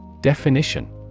definition